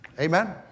Amen